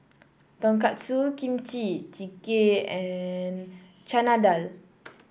Tonkatsu Kimchi Jjigae and Chana Dal